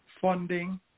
funding